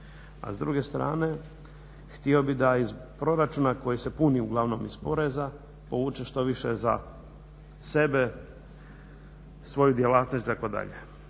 a s druge strane htio bi da iz proračuna koji se puni uglavnom iz poreza povuče što više za sebe, svoju djelatnost itd. Dakle